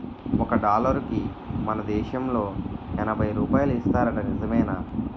ఒక డాలరుకి మన దేశంలో ఎనబై రూపాయలు ఇస్తారట నిజమేనా